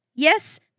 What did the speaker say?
Yes